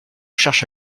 cherche